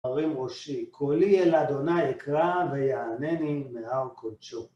מרים ראשי, קולי אל ה' יקרא ויענני מהר קודשו.